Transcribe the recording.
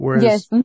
Yes